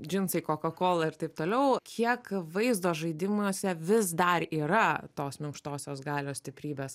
džinsai kokakola ir taip toliau kiek vaizdo žaidimuose vis dar yra tos minkštosios galios stiprybės